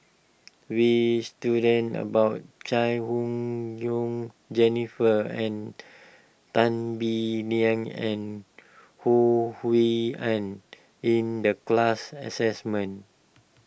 we student about Chai Hon Yoong Jennifer and Tan Bee Leng and Ho Hui An in the class assessment